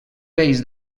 peix